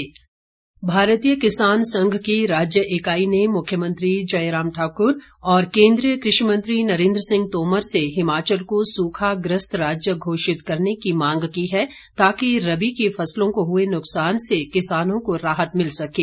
किसान संघ भारतीय किसान संघ की राज्य इकाई ने मुख्यमंत्री जयराम ठाकुर और केंद्रीय कृषि मंत्री नरेंद्र सिंह तोमर से हिमाचल को सूखा ग्रस्त राज्य घोषित करने की मांग की है ताकि रबी की फसलों को हुए नुकसान से किसानों को राहत मिल सकें